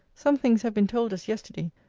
some things have been told us yesterday,